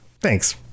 thanks